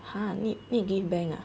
ha need need give bank ah